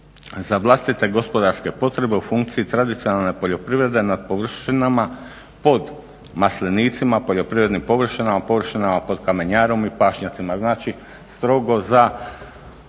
za vlastite gospodarske potrebe u funkciji tradicionalne poljoprivrede na površinama pod maslinicima, poljoprivrednim površinama, površinama pod kamenjarom i pašnjacima. Znači, strogo za